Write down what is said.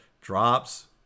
drops